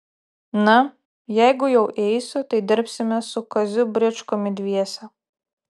na jeigu jau eisiu tai dirbsime su kaziu bričkumi dviese